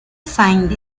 saint